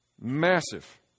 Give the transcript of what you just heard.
Massive